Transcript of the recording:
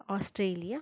Australia